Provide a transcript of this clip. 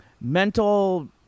mental